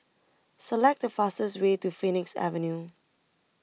Select The fastest Way to Phoenix Avenue